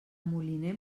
moliner